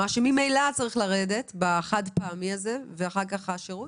שממילא צריך לרדת בחד-פעמי את זה ואחר כך השירות?